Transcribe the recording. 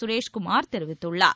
சுரேஷ்குமார் தெரிவித்துள்ளார்